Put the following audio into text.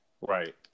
Right